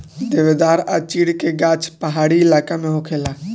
देवदार आ चीड़ के गाछ पहाड़ी इलाका में होखेला